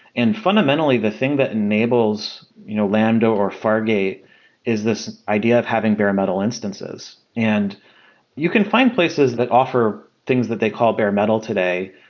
and fundamentally, the thing that enables you know lambda or fargate is this idea of having bare-metal instances, and you can find places that offer things that they call bare-metal today.